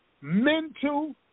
mental